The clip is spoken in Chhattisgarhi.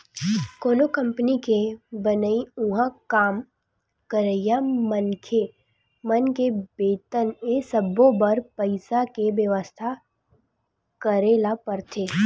कोनो कंपनी के बनई, उहाँ काम करइया मनखे मन के बेतन ए सब्बो बर पइसा के बेवस्था करे ल परथे